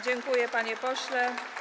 Dziękuję, panie pośle.